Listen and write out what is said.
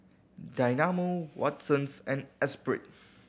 Dynamo Watsons and Espirit